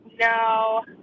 No